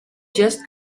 just